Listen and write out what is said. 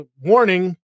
warning